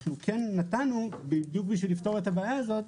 אנחנו כן נתנו, בדיוק כדי לפתור את הבעיה הזאת,